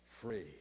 free